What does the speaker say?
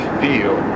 feel